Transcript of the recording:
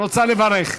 רוצה לברך.